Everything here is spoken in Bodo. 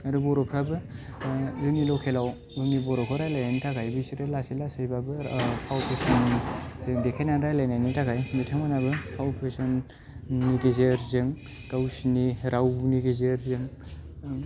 आरो बर'फ्राबो जोंनि लकेलाव जोंनि बर'खौ रायलायनारनि थाखाय बिसोरो लासै लासैबाबो ओ फाव फेसनजों देखायनानै रायलायनायनि थाखाय बिथांमोनहाबो फाव फेसननि गेजेरजों गावसिनि रावनि गेजेरजों ओ